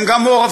הם גם מעורבים,